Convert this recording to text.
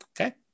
Okay